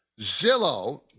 Zillow